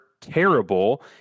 terrible